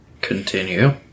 Continue